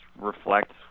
reflect